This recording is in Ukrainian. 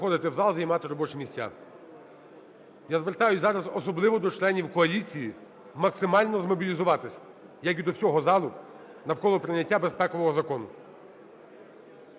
Я звертаюсь зараз, особливо до членів коаліції, максимальнозмобілізуватися, як і до всього залу, навколо прийняття безпекового закону.